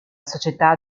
società